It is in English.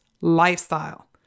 lifestyle